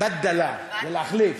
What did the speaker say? "בָּדַלַ" זה להחליף.